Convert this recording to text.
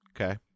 Okay